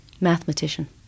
Mathematician